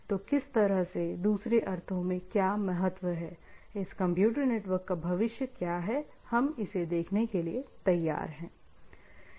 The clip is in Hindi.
तो किस तरह से दूसरे अर्थों में क्या महत्त्व है इस कंप्यूटर नेटवर्क का भविष्य क्या है हम इसे देखने के लिए तैयार हैं